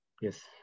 Yes